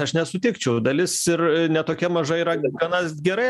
aš nesutikčiau dalis ir ne tokia maža yra gana gerai